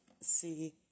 see